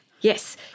Yes